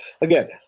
again